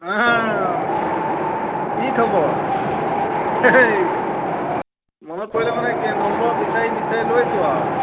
অঁ হ কি খবৰ হেঁই এই মনত পৰিলে মানে কি নম্বৰ বিচাৰি বিচাৰি লৈছোঁ আৰু